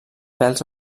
pèls